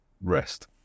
rest